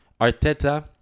Arteta